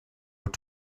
were